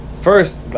first